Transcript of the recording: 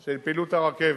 של פעילות הרכבת.